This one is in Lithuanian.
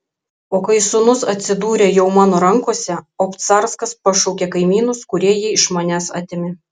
o kai sūnus atsidūrė jau mano rankose obcarskas pašaukė kaimynus kurie jį iš manęs atėmė